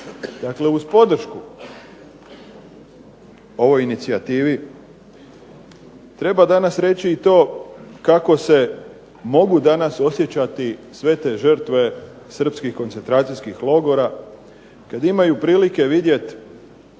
uz podršku ovoj inicijativi treba danas reći i to kako se mogu danas osjećati sve te žrtve Srpskih koncentracijskih logora kada imaju prilike vidjeti